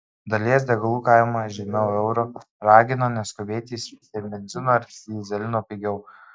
dalies degalų kaina žemiau euro ragina neskubėti įsigyti benzino ar dyzelino pigiau